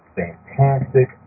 fantastic